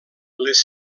les